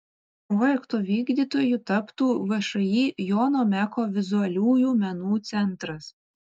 projekto vykdytoju taptų všį jono meko vizualiųjų menų centras